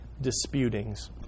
disputings